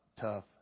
tough